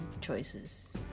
choices